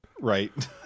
Right